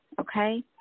Okay